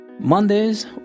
mondays